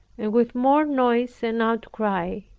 and with more noise and outcry.